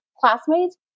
classmates